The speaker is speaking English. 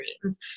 dreams